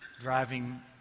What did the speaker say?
driving